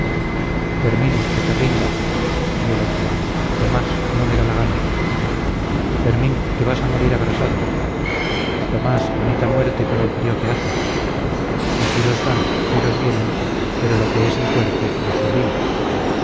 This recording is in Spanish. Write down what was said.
fermín que te rindas y el otro tomás no me da la gana fermín que vas a morir abrasado tomás bonita muerte con el frío que hace y tiros van tiros vienen pero lo que es el fuerte no se rinde